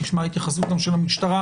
נשמע התייחסות גם של המשטרה.